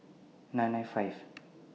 nine nine five